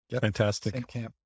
Fantastic